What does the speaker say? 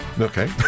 Okay